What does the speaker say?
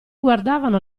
guardavano